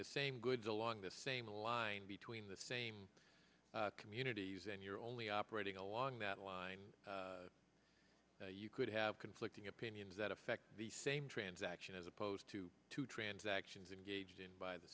the same goods along the same line between the same communities and you're only operating along that line you could have conflicting opinions that affect the same transaction as opposed to two transactions engaged in by the